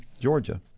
Georgia